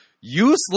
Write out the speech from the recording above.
useless